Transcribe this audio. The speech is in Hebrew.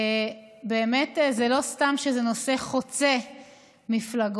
באמת, לא סתם זה נושא חוצה מפלגות,